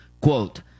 Quote